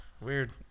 Weird